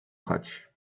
chać